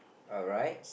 alright